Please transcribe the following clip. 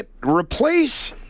Replace